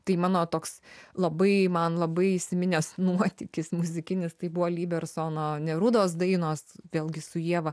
tai mano toks labai man labai įsiminęs nuotykis muzikinis tai buvo lybersono nerudos dainos vėlgi su ieva